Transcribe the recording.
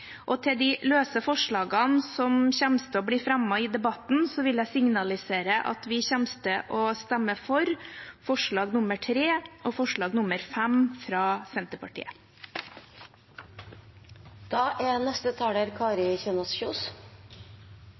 Og til de såkalt løse forslagene som kommer til å bli fremmet i debatten, vil jeg signalisere at vi kommer til å stemme for forslagene nr. 3 og 5, fra Senterpartiet. Fremskrittspartiet har etter oppfordring fra